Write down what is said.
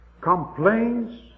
complains